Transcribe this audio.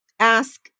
ask